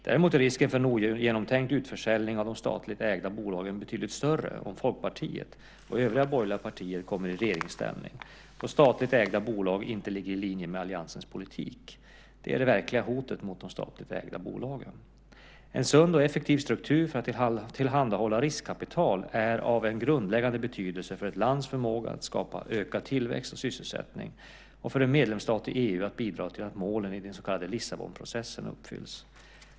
Däremot är risken för en ogenomtänkt utförsäljning av de statligt ägda bolagen betydligt större om Folkpartiet och övriga borgerliga partier kommer i regeringsställning, då statligt ägda bolag inte ligger i linje med alliansens politik. Detta är det verkliga hotet mot de statligt ägda bolagen. En sund och effektiv struktur för att tillhandahålla riskkapital är av en grundläggande betydelse för ett lands förmåga att skapa ökad tillväxt och sysselsättning, och för en medlemsstat i EU att bidra till att målen i den så kallade Lissabonprocessen uppfylls.